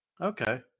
okay